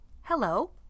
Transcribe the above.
Hello